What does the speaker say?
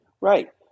Right